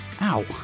ow